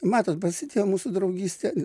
matot prasidėjo mūsų draugystė